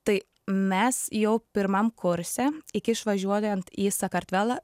tai mes jau pirmam kurse iki išvažiuojant į sakartvelą